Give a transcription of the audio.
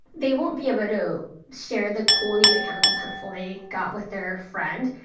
they won't be able to share the cool new mechanical pencil they got with their friend.